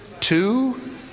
two